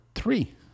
three